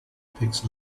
picks